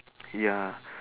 ya